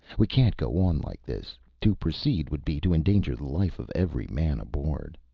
we can't go on like this. to proceed would be to endanger the life of every man aboard.